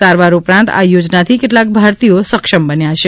સારવાર ઉપરાંત આ યોજનાથી કેટલાંક ભારતીયો સક્ષમ બની રહ્યાં છે